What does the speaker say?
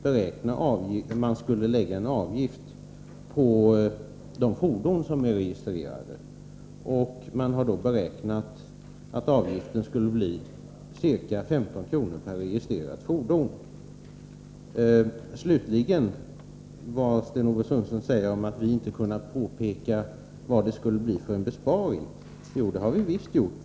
Verket har lagt fram förslag om tillvägagångssättet. Registrerade fordon skulle således avgiftsbeläggas. Avgiften skulle vara ca 15 kr. per registrerat fordon. Slutligen: Enligt Sten-Ove Sundström har vi inte angett vilket besparing åtgärden skulle innebära. Jo, det har vi visst gjort.